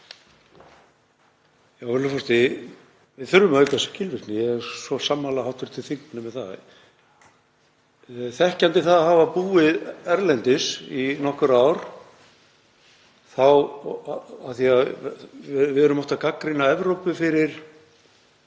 Við þurfum að auka skilvirkni. Ég er svo sammála hv. þingmanni um það. Þekkjandi það að hafa búið erlendis í nokkur ár, af því að við erum oft að gagnrýna Evrópu fyrir